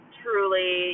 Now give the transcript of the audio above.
truly